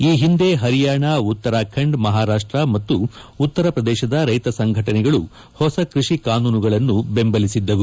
ಈ ಹಿಂದೆ ಹರ್ಯಾಣ ಉತ್ತರಾಖಂಡ್ ಮಹಾರಾಷ್ಟ ಮತ್ತು ಉತ್ತರ ಪ್ರದೇಶದ ರೈತ ಸಂಘಟನೆಗಳು ಹೊಸ ಕ್ಪಷಿ ಕಾನೂನುಗಳನ್ನು ಬೆಂಬಲಿಸಿದ್ದವು